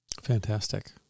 Fantastic